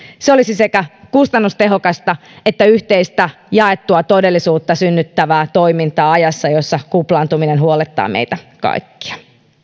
se olisi sekä kustannustehokasta että yhteistä jaettua todellisuutta synnyttävää toimintaa ajassa jossa kuplaantuminen huolettaa meitä kaikkia